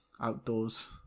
outdoors